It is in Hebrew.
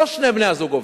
לא שני בני-הזוג עובדים,